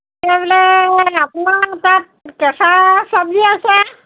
কি বোলে আপোনাৰ তাত কেঁচা চব্জি আছে